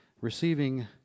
receiving